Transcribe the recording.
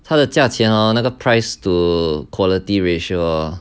它的价钱啊那个 price to quality ratio